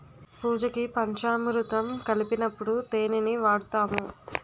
పూజకి పంచామురుతం కలిపినప్పుడు తేనిని వాడుతాము